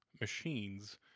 machines